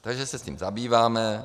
Takže se tím zabýváme.